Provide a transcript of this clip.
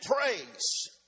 praise